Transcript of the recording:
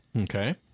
Okay